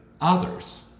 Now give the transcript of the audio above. others